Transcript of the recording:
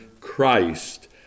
Christ